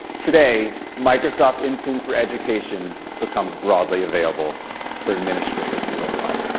today, microsoft intune for education becomes broadly available for administrators worldwide.